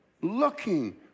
looking